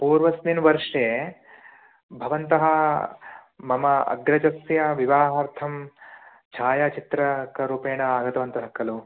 पूर्वस्मिन् वर्षे भवन्तः मम अग्रजस्य विवाहार्थं छायाचित्रकरूपेण आगतवन्तः खलु